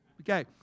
Okay